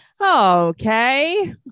Okay